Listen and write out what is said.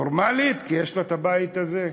נורמלית, כי יש לה הבית הזה,